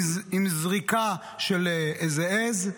עם זריקה של איזו עז,